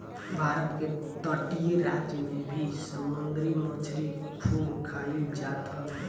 भारत के तटीय राज में भी समुंदरी मछरी खूब खाईल जात हवे